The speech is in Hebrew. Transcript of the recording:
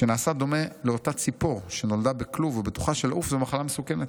שנעשה דומה לאותה ציפור שנולדה בכלוב ובטוחה שלעוף זו מחלה מסוכנת.